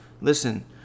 Listen